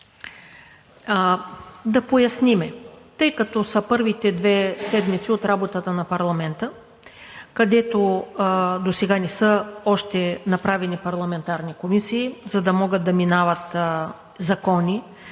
Да поясним: тъй като са първите две седмици от работата на парламента, където още не са направени парламентарни комисии, за да могат да минават закони